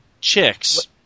chicks